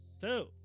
two